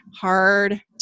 hard